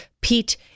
Pete